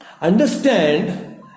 understand